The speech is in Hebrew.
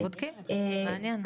אנחנו בודקים, מעניין.